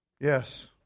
Yes